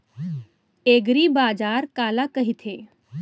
एगरीबाजार काला कहिथे?